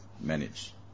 manage